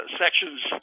sections